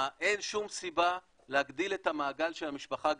אין שום סיבה להגדיל את המעגל של המשפחה הגרעינית,